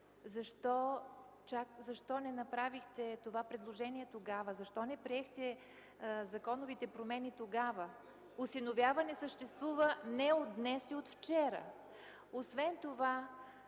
Защо не направихте това предложение тогава? Защо не приехте законовите промени тогава? Осиновяване съществува не от днес и от вчера! Освен това,